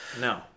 No